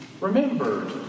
remembered